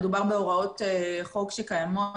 מדובר בהוראות חוק שקיימות,